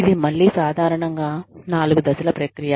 ఇది మళ్ళీ సాధారణంగా నాలుగు దశల ప్రక్రియ